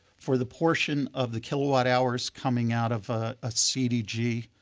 for the portion of the kilowatt hours coming out of a ah cdg